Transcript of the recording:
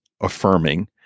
affirming